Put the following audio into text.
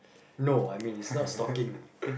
no I mean is not stalking